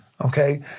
Okay